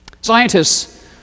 scientists